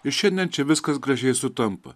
ir šiandien čia viskas gražiai sutampa